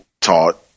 taught